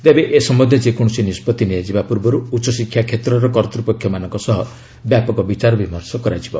ତେବେ ଏ ସମ୍ଭନ୍ଧୀୟ ଯେକୌଣସି ନିଷ୍କଭି ନିଆଯିବା ପୂର୍ବରୁ ଉଚ୍ଚଶିକ୍ଷା କ୍ଷେତ୍ରର କର୍ତ୍ତ୍ୱପକ୍ଷମାନଙ୍କ ସହ ବ୍ୟାପକ ବିଚାର ବିମର୍ଶ କରାଯିବ